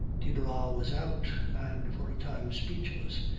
de barral was out and, for a time speechless,